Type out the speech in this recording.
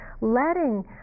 letting